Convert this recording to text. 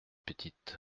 petites